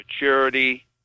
maturity